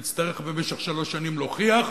הוא יצטרך במשך שלוש שנים להוכיח,